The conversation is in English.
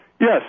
Yes